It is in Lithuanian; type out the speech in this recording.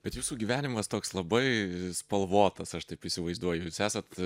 bet jūsų gyvenimas toks labai spalvotas aš taip įsivaizduoju jūs esat